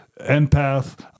empath